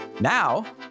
Now